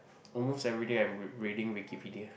almost everyday I'm read reading Wikipedia